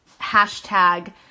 hashtag